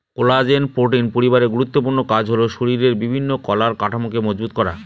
collagen protein পরিবারের গুরুত্বপূর্ণ কাজ হল শরীরের বিভিন্ন কলার কাঠামোকে মজবুত করা